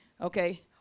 Okay